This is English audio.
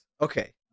okay